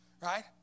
Right